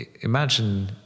imagine